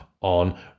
on